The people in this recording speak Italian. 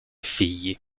figli